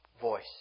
voice